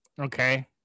okay